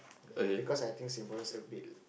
ya because I think Singaporeans a bit